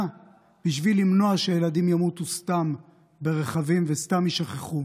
בשביל למנוע שילדים ימותו סתם ברכבים וסתם יישכחו.